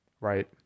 right